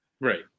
Right